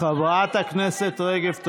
חברת הכנסת רגב,